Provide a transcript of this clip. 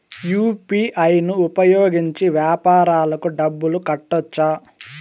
UPI ను ఉపయోగించి వ్యాపారాలకు డబ్బులు కట్టొచ్చా?